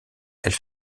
elle